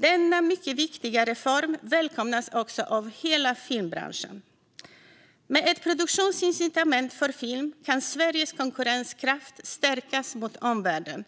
Denna mycket viktiga reform välkomnas också av hela filmbranschen. Med ett produktionsincitament för film kan Sveriges konkurrenskraft stärkas mot omvärlden.